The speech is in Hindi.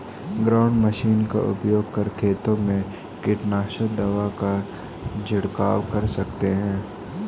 ग्राउंड मशीन का उपयोग कर खेतों में कीटनाशक दवा का झिड़काव कर सकते है